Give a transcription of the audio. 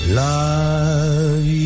love